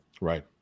Right